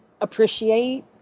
appreciate